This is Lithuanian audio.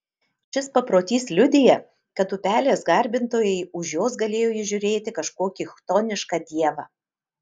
šis paprotys liudija kad upelės garbintojai už jos galėjo įžiūrėti kažkokį chtonišką dievą